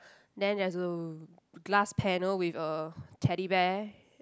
then there's a glass panel with a Teddy Bear